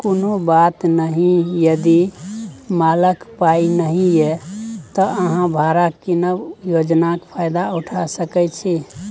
कुनु बात नहि यदि मालक पाइ नहि यै त अहाँ भाड़ा कीनब योजनाक फायदा उठा सकै छी